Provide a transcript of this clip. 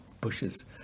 bushes